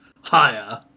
higher